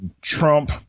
Trump